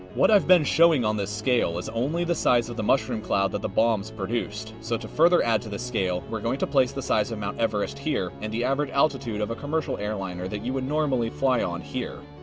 what i've been showing on this scale is only the size of the mushroom cloud that the bombs produced. so to further add to the scale, we're going to place the size of mt. everest, here, and the average altitude of a commercial airliner that you would normally fly on, here.